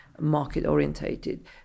market-orientated